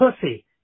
pussy